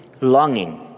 longing